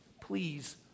Please